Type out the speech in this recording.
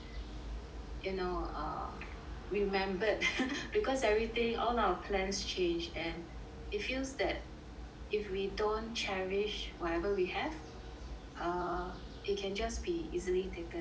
you know err remembered because everything all our plans change and it feels that if we don't cherish whatever we have err it can just be easily taken away